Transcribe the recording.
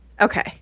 Okay